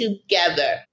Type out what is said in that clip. together